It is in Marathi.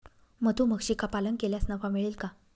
मधुमक्षिका पालन केल्यास नफा मिळेल का?